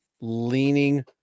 leaning